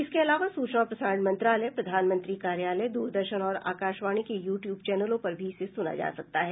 इसके अलावा सूचना और प्रसारण मंत्रालय प्रधानमंत्री कार्यालय दूरदर्शन और आकाशवाणी के यूट्यूब चैनलों पर भी इसे सुना जा सकता है